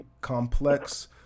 complex